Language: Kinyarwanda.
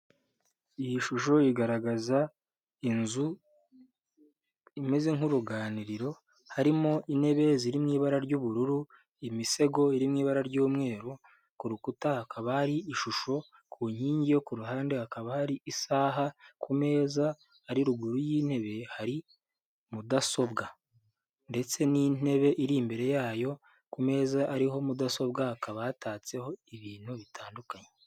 Iyi shusho igaragaza inzu imeze nk'uruganiriro harimo intebe ziri mu ibara ry'ubururu imisego iri mu ibara ry'umweru ku rukuta hakaba ari ishusho ku nkingi yo ku ruhande hakaba hari isaha kumezaeza ari ruguru y'intebe hari mudasobwa ndetse n'intebe iri imbere yayo ku meza ariho mudasobwa hakaba hatatseho ibintu bitandukanye.